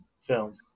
film